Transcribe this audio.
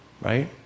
right